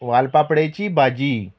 वालपापडेची भाजी